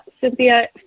Cynthia